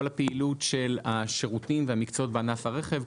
הפעילות של השירותים והמקצועות בענף הרכב,